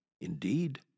Indeed